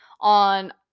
on